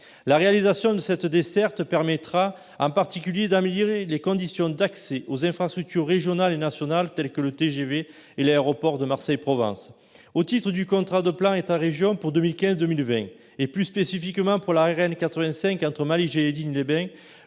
La réalisation de cette desserte permettra en particulier d'améliorer les conditions d'accès aux infrastructures régionales et nationales, telles que le TGV et l'aéroport de Marseille-Provence. Au titre du contrat de plan État-région pour 2015-2020, et plus spécifiquement pour la RN85 entre Malijai et Digne-les-Bains,